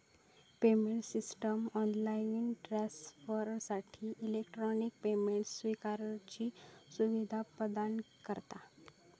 payment system offline ट्रांसफरसाठी electronic payment स्विकारुची सुवीधा प्रदान करता